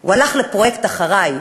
הוא הלך לפרויקט "אחריי!",